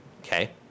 Okay